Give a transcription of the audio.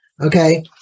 Okay